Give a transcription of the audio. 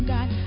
God